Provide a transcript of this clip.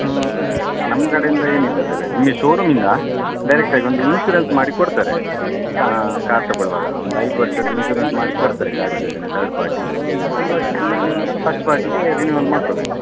ಹಾಂ ಅದು ನಮ್ಮ ಕಡೆಯಿಂದ ಏನಿಲ್ಲ ಸರ್ ನಿಮಗೆ ಶೋ ರೂಮಿಂದ ಡೈರೆಕ್ಟಾಗಿ ಒಂದು ಇನ್ಸೂರೆನ್ಸ್ ಮಾಡಿ ಕೊಡ್ತಾರೆ ಕಾರ್ ತಗೊಳುವಾಗ ಒಂದು ಐದು ವರ್ಷದ ಇನ್ಸೂರೆನ್ಸ್ ಮಾಡಿ ಕೊಡ್ತಾರೆ ಗಾಡಿ ಜೊತೆನೆ ತರ್ಡ್ ಪಾರ್ಟಿ ಒಂದು ವರ್ಷ ಆದ್ಮೇಲೆ ನೀವು ಅದನ್ನ ಫಸ್ಟ್ ಪಾರ್ಟಿಗೆ ರಿನಿವಲ್ ಮಾಡ್ಕೊಬೇಕು